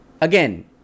Again